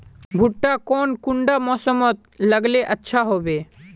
भुट्टा कौन कुंडा मोसमोत लगले अच्छा होबे?